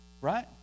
right